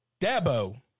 Dabo